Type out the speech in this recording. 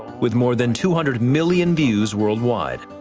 with more than two hundred million views worldwide.